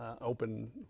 open